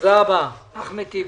אחמד טיבי,